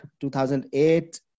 2008